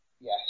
yes